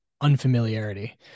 unfamiliarity